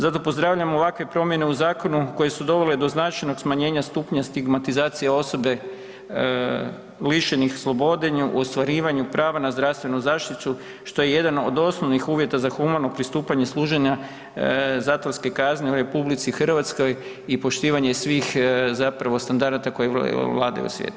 Zato pozdravljam ovakve promjene u zakonu koje su dovele do značajno smanjenja stupnja stigmatizacije osobe lišenih slobode u ostvarivanju prava na zdravstvenu zaštitu što je jedan od osnovnih uvjeta za humano pristupanje služenja zatvorske kazne u RH i poštivanje svih standarada koje vladaju u svijetu.